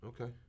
Okay